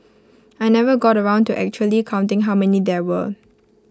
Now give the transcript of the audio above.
I never got around to actually counting how many there were